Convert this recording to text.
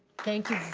thank